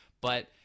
but-